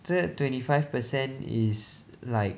这 twenty five per cent is like